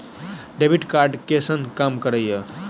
Debit card कैसन काम करेया?